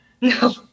No